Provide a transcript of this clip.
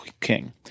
king